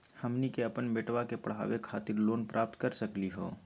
हमनी के अपन बेटवा क पढावे खातिर लोन प्राप्त कर सकली का हो?